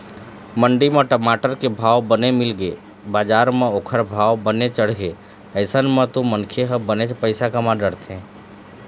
मंडी म टमाटर के भाव बने मिलगे बजार म ओखर भाव बने चढ़गे अइसन म तो मनखे ह बनेच पइसा कमा डरथे